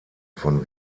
von